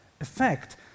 effect